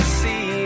see